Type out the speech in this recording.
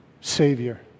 Savior